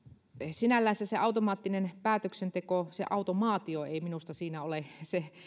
sinällänsä se se automaattinen päätöksenteko se automaatio ei minusta siinä ole se